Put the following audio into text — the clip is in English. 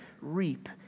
reap